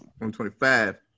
125